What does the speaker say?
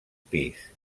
pis